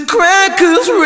Crackers